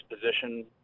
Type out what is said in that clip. position